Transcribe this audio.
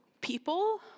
people